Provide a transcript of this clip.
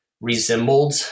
resembled